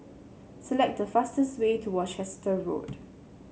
select the fastest way to Worcester Road